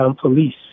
police